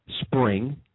spring